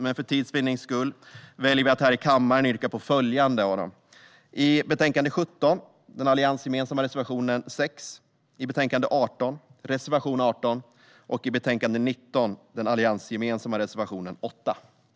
Men för tids vinnande väljer vi att här i kammaren yrka bifall endast till följande av dem: den alliansgemensamma reservationen 6 i betänkande 17, reservation 18 i betänkande 18 och den alliansgemensamma reservationen 8 i betänkande 19.